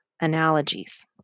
Analogies